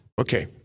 okay